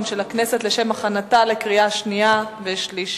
של הכנסת לשם הכנתה לקריאה שנייה וקריאה שלישית.